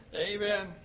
Amen